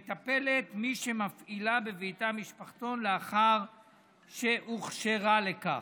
"מטפלת" מי שמפעילה בביתה משפחתון לאחר שהוכשרה לכך.